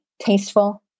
tasteful